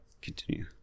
Continue